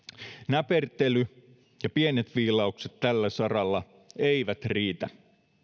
näpertely ja pienet viilaukset tällä saralla eivät riitä